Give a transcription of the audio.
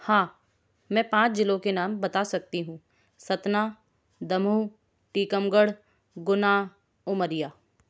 हाँ मैं पाँच जिलों के नाम बता सकती हूँ सतना दमू टीकमगढ़ गुना उमरिया